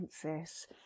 princess